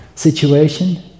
Situation